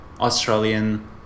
Australian